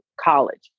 college